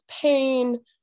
pain